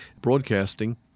broadcasting